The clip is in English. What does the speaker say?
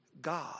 God